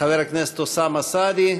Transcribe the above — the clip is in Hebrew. חבר הכנסת אוסאמה סעדי,